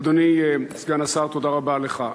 אדוני סגן השר, תודה רבה לך.